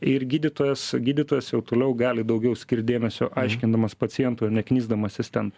ir gydytojas gydytojas jau toliau gali daugiau skirt dėmesio aiškindamas pacientui knisdamasis ten